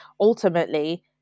ultimately